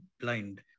blind